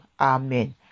amen